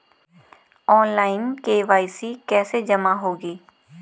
Online KYC कैसे जमा होगी?